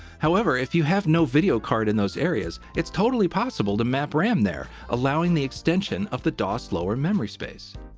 however, if you have no video card in those areas, it's totally possible to map ram there, allowing the extension of the dos lower memory space.